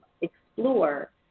explore